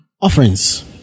Offerings